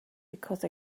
because